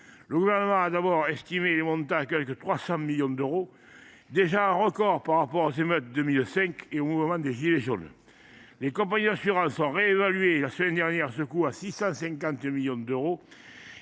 Le Gouvernement a d’abord estimé leur montant à quelque 300 millions d’euros, ce qui était déjà un record par rapport aux émeutes de 2005 et au mouvement des « gilets jaunes ». Les compagnies d’assurances ont réévalué la semaine dernière ce coût à 650 millions d’euros,